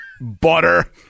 Butter